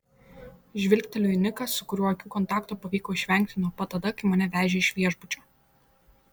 žvilgteliu į niką su kuriuo akių kontakto pavyko išvengti nuo pat tada kai mane vežė iš viešbučio